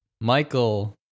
Michael